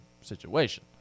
situation